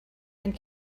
and